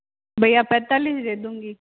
भैया पैंतालिस दे दूँगी